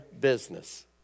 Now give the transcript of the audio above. business